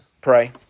pray